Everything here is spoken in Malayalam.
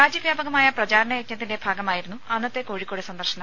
രാജ്യവ്യാപകമായ പ്രചാരണ യജ്ഞത്തിന്റെ ഭാഗമായിരുന്നു അന്നത്തെ കോഴിക്കോട് സന്ദർശനം